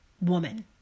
woman